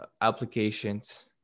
applications